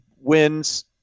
wins